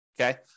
okay